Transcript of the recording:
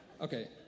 Okay